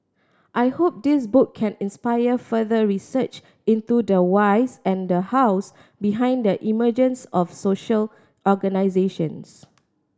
I hope this book can inspire further research into the whys and the hows behind the emergence of social organisations